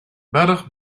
better